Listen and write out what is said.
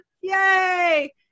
Yay